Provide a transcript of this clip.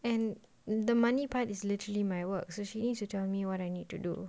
and the money part is literally my work so she needs to tell me what I need to do